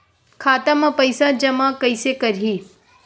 खाता म पईसा जमा कइसे करही?